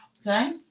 okay